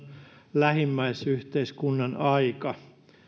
lähimmäisyhteiskunnan aika